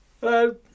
Hello